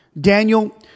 Daniel